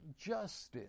justice